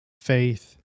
faith